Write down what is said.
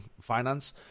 finance